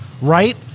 Right